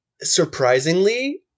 surprisingly